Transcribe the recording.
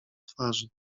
twarzy